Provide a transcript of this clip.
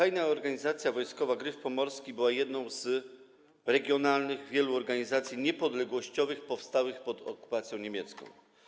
Tajna Organizacja Wojskowa „Gryf Pomorski” była jedną z wielu regionalnych organizacji niepodległościowych powstałych pod okupacją niemiecką.